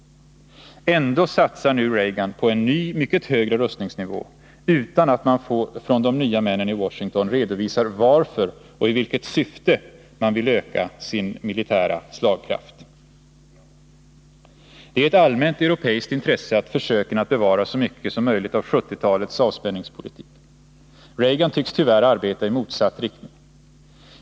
Ändå satsar nu Reagan på en ny, mycket högre rustningsnivå, utan att man från de nya männen i Washington redovisar varför och i vilket syfte man vill öka sin militära slagkraft. Det är ett allmänt europeiskt intresse att försöka bevara så mycket som möjligt av 1970-talets avspänningspolitik. Reagan tycks tyvärr arbeta i motsatt riktning.